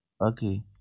Okay